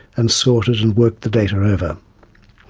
and sorted and worked the data over.